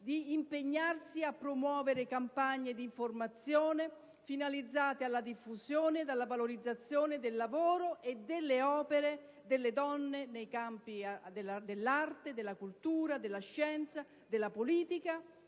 sia impegnato a promuovere campagne di informazione finalizzate alla diffusione ed alla valorizzazione del lavoro e delle opere delle donne nei campi dell'arte, della cultura, della scienza e della politica